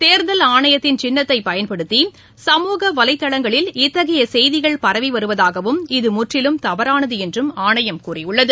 தேர்தல் ஆணையத்தின் சின்னத்தைப் பயன்படுத்தி சமூக வலைதளங்களில் இத்தகைய செய்திகள் பரவி வருவதாகவும் இது முற்றிலும் தவறானது என்றும் ஆணையம் கூறியுள்ளது